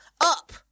up